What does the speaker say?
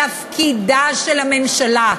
תפקידה של הממשלה,